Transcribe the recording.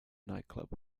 nightclub